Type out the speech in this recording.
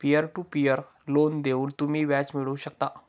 peer to peer loan देऊन तुम्ही व्याज मिळवू शकता